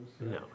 No